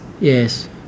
Yes